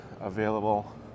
available